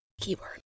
keyword